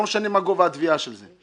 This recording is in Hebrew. לא משנה מה גובה התביעה של זה.